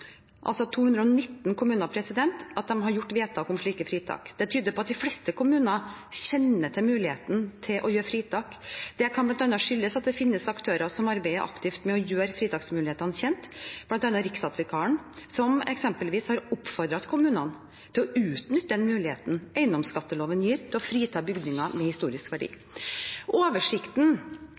219 kommuner at de har gjort vedtak om slike fritak. Det tyder på at de fleste kommuner kjenner til mulighetene til å gi fritak. Dette kan bl.a. skyldes at det finnes aktører som arbeider aktivt med å gjøre fritaksmulighetene kjent, bl.a. Riksantikvaren, som eksempelvis har oppfordret kommunene til å utnytte den muligheten eiendomsskatteloven gir til å frita bygninger med historisk verdi. Oversikten